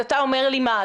אז אתה אומר לי מה,